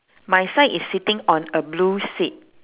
my side is sitting on a blue seat